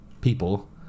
people